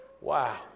Wow